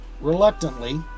Reluctantly